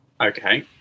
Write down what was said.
Okay